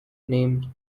named